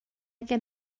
gan